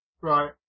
Right